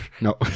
No